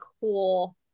cool